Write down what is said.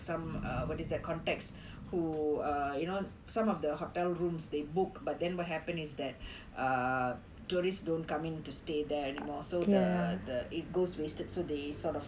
some err what is that the contacts who uh you know some of the hotel rooms they book but then what happen is that uh tourists don't come in to stay there anymore so the the it goes wasted so they sort of